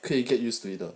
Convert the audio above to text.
可以 get used to it 的